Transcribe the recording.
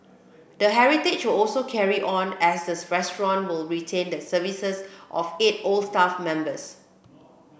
the heritage will also carry on as the restaurant will retain the services of eight old staff members